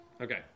Okay